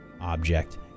object